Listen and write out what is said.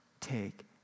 take